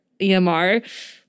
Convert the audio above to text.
EMR